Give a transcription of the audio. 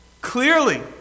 Clearly